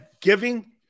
giving